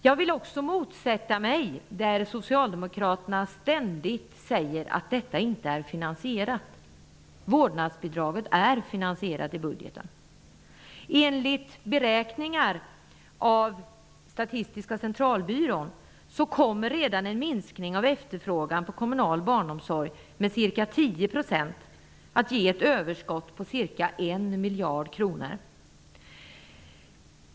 Jag vill motsätta mig när socialdemokraterna ständigt säger att vårdnadsbidraget inte är finansierat. Det är finansierat i budgeten. Enligt beräkningar av Statistiska centralbyrån kommer redan en minskning av efterfrågan på kommunal barnomsorg med ca 10 % att ge ett överskott på ca 1 miljard kronor.